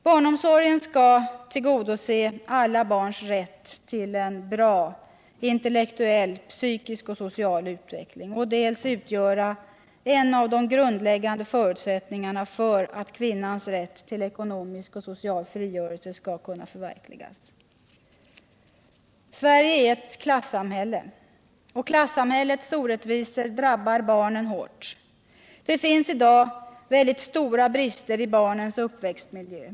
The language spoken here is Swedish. Barnomsorgen skall dels tillgodose alla barns rätt till en bra intellektuell, psykisk och social utveckling, dels utgöra en av de grundläggande förutsättningarna för att kvinnans rätt till ekonomisk och social frigörelse skall kunna förverkligas. Sverige är ett klassamhälle. Klassamhällets orättvisor drabbar barnen hårt. Det finns i dag mycket stora brister i barns uppväxtmiljö.